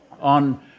On